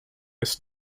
ist